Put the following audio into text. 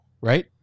right